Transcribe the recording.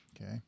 Okay